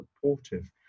supportive